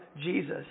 Jesus